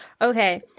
Okay